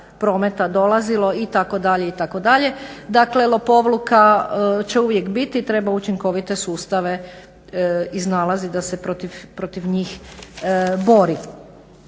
prometa dolazilo itd. itd. Dakle, lopovluka će uvijek biti. Treba učinkovite sustave iznalaziti da se protiv njih bori.